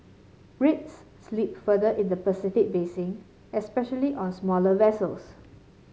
rates slipped further in the Pacific basin especially on smaller vessels